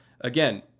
Again